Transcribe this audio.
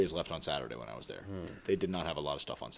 days left on saturday when i was there they did not have a lot of stuff on